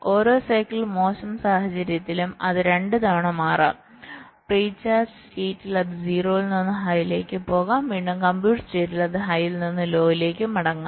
ഓരോ സൈക്കിൾ മോശം സാഹചര്യത്തിലും അത് രണ്ടുതവണ മാറാം പ്രീ ചാർജ് സ്റ്റേറ്റിൽ അത് 0 ൽ നിന്ന് ഹൈയിലേക് പോകാം വീണ്ടും കമ്പ്യൂട്ട് സ്റ്റേറ്റിൽ അത് ഹൈയിൽ നിന്ന് ലോയിലേക് മടങ്ങാം